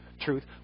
truth